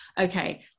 okay